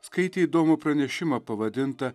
skaitė įdomų pranešimą pavadintą